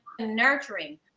nurturing